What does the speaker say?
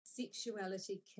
sexuality